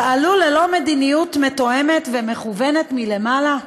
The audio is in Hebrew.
פעלו ללא מדיניות מתואמת ומכוונת מלמעלה?